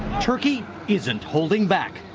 turkey isn't holding back.